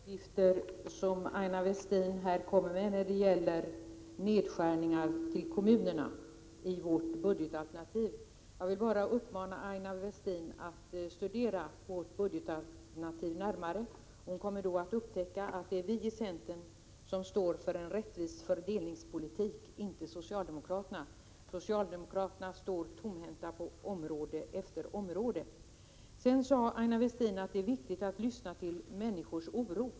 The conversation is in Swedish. Herr talman! Det är felaktiga uppgifter som Aina Westin kommer med när det gäller nedskärningar för kommunerna i vårt budgetalternativ. Jag vill bara uppmana Aina Westin att studera vårt budgetalternativ närmare. Då kommer hon att upptäcka att det är vi i centern som står för en rättvis fördelningspolitik — inte socialdemokraterna. Socialdemokraterna står tomhänta på område efter område. Aina Westin sade att det är viktigt att lyssna till människors oro.